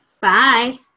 Bye